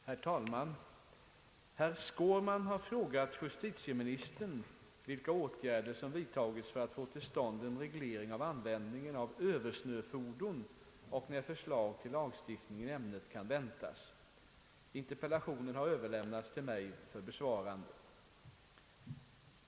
Herr talman! Herr Skårman har frågat justitieministern vilka åtgärder som vidtagits för att få till stånd en reglering av användningen av översnöfordon och när förslag till lagstiftning i ämnet kan väntas. Interpellationen har överlämnats till mig för besvarande.